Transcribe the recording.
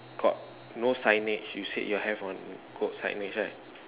got no signage you said you have on got signage right